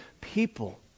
people